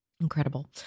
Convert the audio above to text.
Incredible